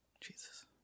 jesus